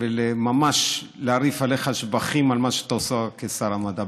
ולהרעיף עליך שבחים על מה שאתה עושה כשר המדע,